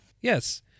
Yes